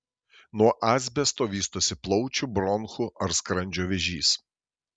nuo asbesto vystosi plaučių bronchų ar skrandžio vėžys